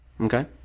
Okay